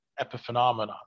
epiphenomenon